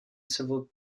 civil